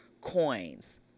coins